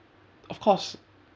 of course